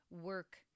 work